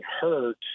hurt